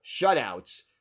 shutouts